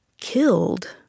killed